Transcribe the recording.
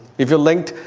if you're linked.